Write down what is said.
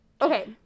okay